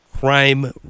crime